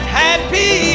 happy